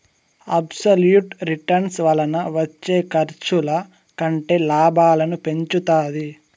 absolute return వలన వచ్చే ఖర్చుల కంటే లాభాలను పెంచుతాది